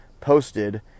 posted